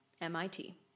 MIT